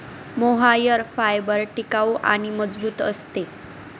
mohair fibre टिकाऊ आणि मजबूत असते